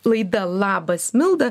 laida labas milda